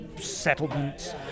settlements